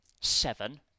seven